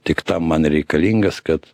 tik tam man reikalingas kad